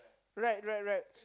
right right right